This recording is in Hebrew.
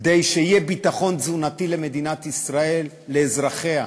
כדי שיהיה ביטחון תזונתי למדינת ישראל, לאזרחיה,